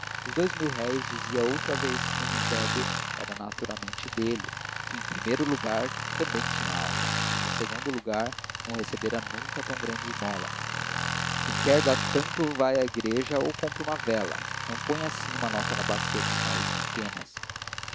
os dous mil-réis dizia outra voz menos débil eram naturalmente dele que em primeiro lugar também tinha alma e em segundo lugar não recebera nunca tão grande esmola quem quer dar tanto vai à igreja ou compra uma vela não põe assim uma nota na bacia das esmolas pequenas